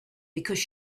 because